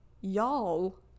y'all